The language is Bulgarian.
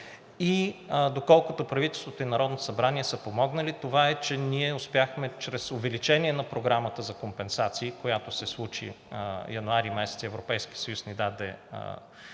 и доколкото правителството и Народното събрание са помогнали, това е, че ние успяхме чрез увеличение на Програмата за компенсации, която се случи януари месец – Европейският съюз ни даде дерогация